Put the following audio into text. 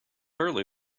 early